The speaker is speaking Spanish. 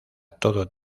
todo